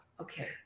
okay